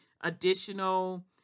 additional